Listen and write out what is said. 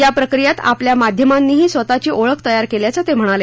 या प्रक्रियेत आपल्या माध्यमांनीही स्वतःची ओळख तयार केल्याचं ते म्हणाले